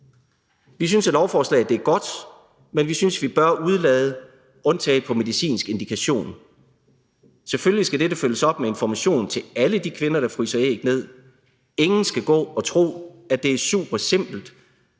Vi synes, at lovforslaget er godt, men vi synes, at vi bør udelade »udtaget på medicinsk indikation«. Selvfølgelig skal dette følges op med information til alle de kvinder, der fryser æg ned. Ingen skal gå og tro, at det er super simpelt,